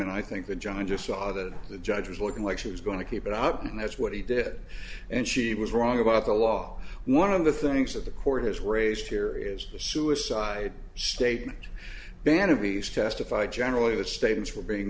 and i think that john just saw that the judge was looking like she was going to keep it up and that's what he did and she was wrong about the law one of the things that the court has raised here is the suicide statement band of these testified generally the statements were being